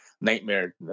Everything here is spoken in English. nightmare